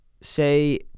say